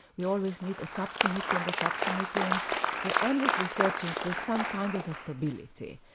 we always need a sub-committee and a sub-committee, and we're endlessly searching for some kind of a stability,